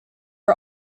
are